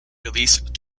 released